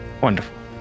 Wonderful